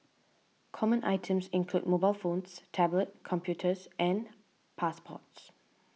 common items include mobile phones tablet computers and passports